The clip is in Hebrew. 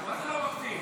מה זה "לא ממציאים"?